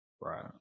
Right